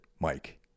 Mike